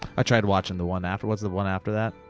i tried watching the one after, what's the one after that?